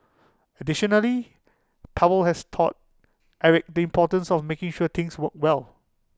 additionally towel has taught Eric the importance of making sure things worked well